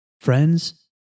Friends